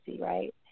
right